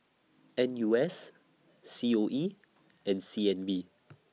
N U S C O E and C N B